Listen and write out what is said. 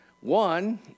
One